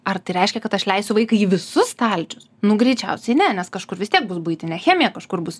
ar tai reiškia kad aš leisiu vaiką į visus stalčius nu greičiausiai ne nes kažkur vis tiek bus buitinė chemija kažkur bus